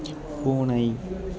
பூனை